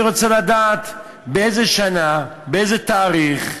אני רוצה לדעת באיזו שנה, באיזה תאריך,